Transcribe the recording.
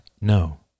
No